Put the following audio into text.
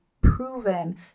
proven